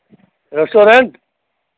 restaurant